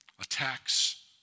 Attacks